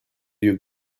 you